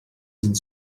sind